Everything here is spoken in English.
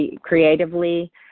creatively